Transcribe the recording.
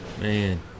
man